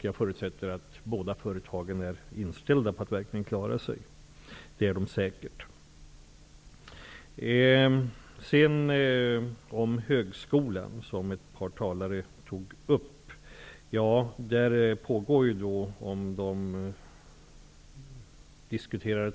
Jag förutsätter att de båda företagen verkligen är inställda på att klara sig. Ett par talare tog upp frågan om högskolan.